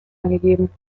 angegeben